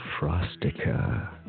Frostica